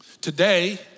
today